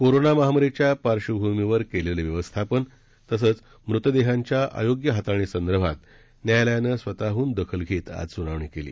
corona महामारीच्या पार्बभूमीवर केलेलं व्यवस्थापन तसंच मृतदेहांच्या अयोग्य हाताळणीसंदर्भात न्यायालयानं स्वतःडून दखल घेत आज सुनावणी केली